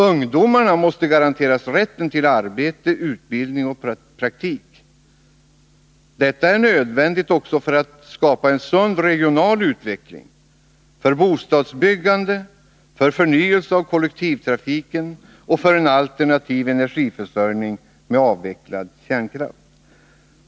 Ungdomarna måste garanteras rätten till arbete, utbildning och praktik. Detta är nödvändigt också för en sund regional utveckling, för bostadsbyggande, för förnyelse av kollektivtrafiken och för en alternativ energiförsörjning med avvecklad kärnkraft.